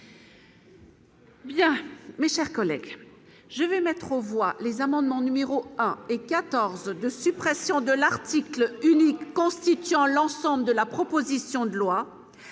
Bien, mes chers collègues, je vais mettre aux voix les amendements numéro 1 et 14 de suppression de l'article unique constituant l'ensemble de la proposition de loi